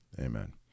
amen